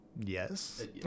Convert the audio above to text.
Yes